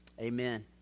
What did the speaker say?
Amen